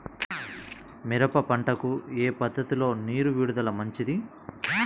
మిరప పంటకు ఏ పద్ధతిలో నీరు విడుదల మంచిది?